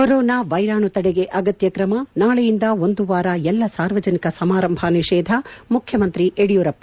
corona ವೈರಾಣು ತಡೆಗೆ ಅಗತ್ತ್ರಕ್ರಮ ನಾಳೆಯಿಂದ ಒಂದು ವಾರ ಎಲ್ಲಾ ಸಾರ್ವಜನಿಕ ಸಮಾರಂಭ ನಿಷೇಧ ಮುಖ್ಯಮಂತ್ರಿ ಯಡಿಯೂರಪ್ಪ